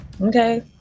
Okay